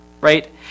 right